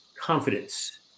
confidence